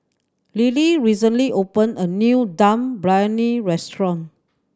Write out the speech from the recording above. Lilly recently opened a new Dum Briyani restaurant